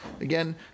Again